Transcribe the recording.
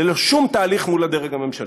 ללא שום תהליך מול הדרג הממשלתי.